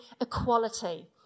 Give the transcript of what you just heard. equality